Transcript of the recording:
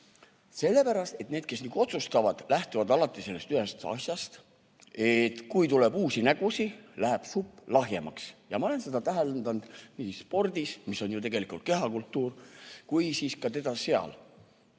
Sellepärast et need, kes otsustavad, lähtuvad alati sellest ühest asjast, et kui tuleb uusi nägusid, läheb supp lahjemaks. Ma olen seda täheldanud nii spordis, mis on ju tegelikult kehakultuur, kui ka seal.